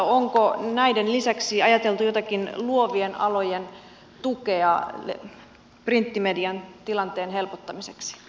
onko näiden lisäksi ajateltu jotakin luovien alojen tukea printtimedian tilanteen helpottamiseksi